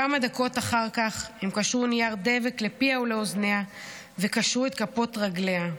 כמה דקות אחר כך הם קשרו נייר דבק לפיה ולאוזניה וקשרו את כפות רגליה.